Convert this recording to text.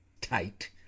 tight